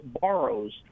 borrows